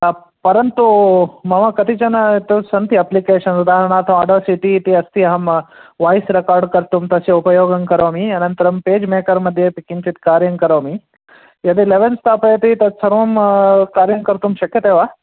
परन्तु मम कतिचन तु सन्ति अप्लिकेशन् उदाहरणात् आडोसिटि इति अस्ति अहं वाय्स् रेकार्ड् कर्तुं तस्य उपयोगं करोमि अनन्तरं पेज् मेकर्मध्ये अपि किञ्चित् कार्यं करोमि यदि लेवेन् स्थापयति तत्सर्वं कार्यं कर्तुं शक्यते वा